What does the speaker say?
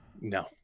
No